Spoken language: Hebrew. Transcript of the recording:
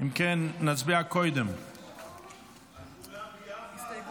אם כן, נצביע קודם על ההסתייגויות.